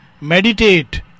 meditate